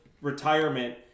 retirement